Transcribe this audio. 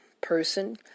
person